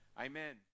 Amen